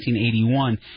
1981